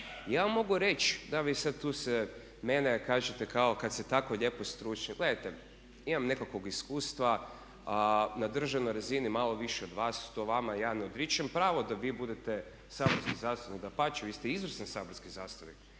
Ja vam mogu reći da vi sad tu se mene kažete kao kad se tako lijepo i stručni. Gledajte, imam nekakvog iskustva, na državnoj razini malo više od vas, to vama ja ne odričem pravo da vi budete saborski zastupnik, dapače, vi ste izvrsni saborski zastupnik.